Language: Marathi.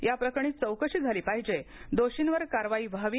या प्रकरणी चौकशी झाली पाहिज द्रोषींवर कारवाई व्हावी